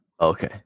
Okay